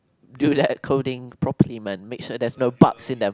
do that coding properly man make sure there's no bugs in there